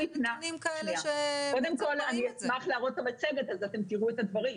אני אשמח להראות את המצגת ואתם תראו את הדברים.